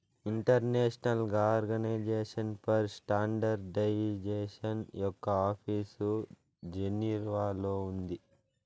international organisation for standardisation యొక్క office జెనీవాలో ఉంది